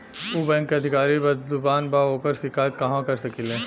उ बैंक के अधिकारी बद्जुबान बा ओकर शिकायत कहवाँ कर सकी ले